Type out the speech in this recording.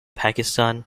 pakistan